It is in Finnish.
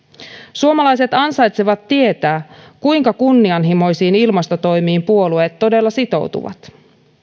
suomalaiset ansaitsevat tietää kuinka kunnianhimoisiin ilmastotoimiin puolueet todella sitoutuvat